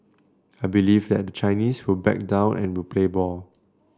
I believe that the Chinese will back down and will play ball